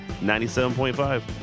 97.5